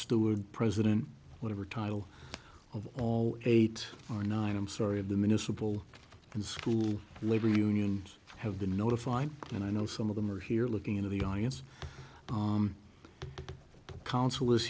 steward president whatever title of all eight or nine i'm sorry of the municipal and school labor unions have been notified and i know some of them are here looking into the audience counsel is